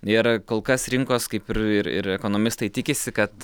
ir kol kas rinkos kaip ir ir ir ekonomistai tikisi kad